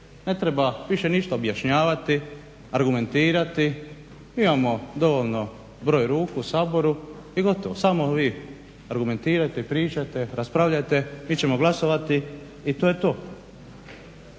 ne treba više ništa objašnjavati, argumentirati. Imamo dovoljan broj ruku u Saboru i gotovo. Samo vi argumentirajte, pričajte, raspravljajte, mi ćemo glasovati i to je to.